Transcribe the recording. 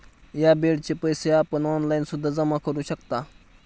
या बेडचे पैसे आपण ऑनलाईन सुद्धा जमा करू शकता